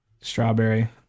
Strawberry